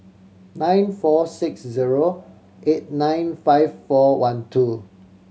nine four six zero eight nine five four one two